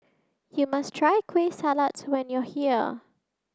you must try Kueh Salat when you are here